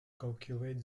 calculate